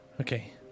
Okay